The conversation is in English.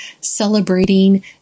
celebrating